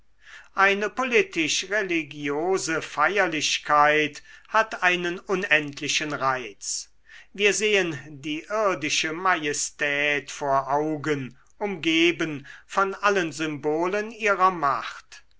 eine politisch religiose feierlichkeit hat einen unendlichen reiz wir sehen die irdische majestät vor augen umgeben von allen symbolen ihrer macht